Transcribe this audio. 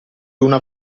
una